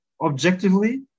objectively